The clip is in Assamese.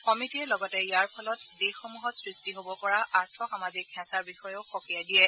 সমিতিয়ে লগতে ইয়াৰ ফলত দেশসমূহত সৃষ্টি হব পৰা আৰ্থ সামাজিক হেঁচাৰ বিষয়েও সকীয়াই দিয়ে